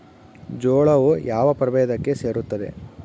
ಜೋಳವು ಯಾವ ಪ್ರಭೇದಕ್ಕೆ ಸೇರುತ್ತದೆ?